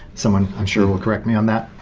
someone, i'm sure, will correct me on that,